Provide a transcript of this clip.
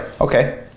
Okay